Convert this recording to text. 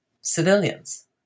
civilians